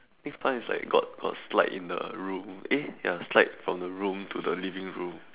I think mine is like got got slide in the room eh ya slide from the room to the living room